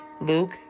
Luke